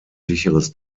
sicheres